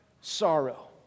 sorrow